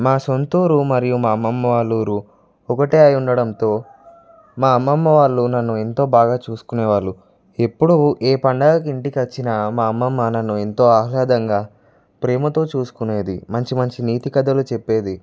మా సొంత ఊరు మరియు మా అమ్మమ్మ వాళ్ళ ఊరు ఒకటే అయ్యుండడంతో మా అమ్మమ్మ వాళ్ళు నన్ను ఎంతో బాగా చూసుకునే వాళ్ళు ఎప్పుడూ ఏ పండుగ ఇంటికి వచ్చిన మా అమ్మమ్మ నన్ను ఎంతో ఆహ్లాదంగా ప్రేమతో చూసుకునేది మంచి మంచి నీతి కథలు చెప్పేది